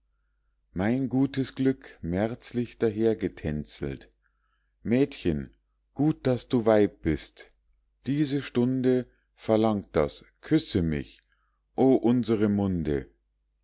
mein gutes glück märzlich dahergetänzelt mädchen gut daß du weib bist diese stunde verlangt das küsse mich o unsere munde